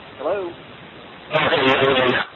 Hello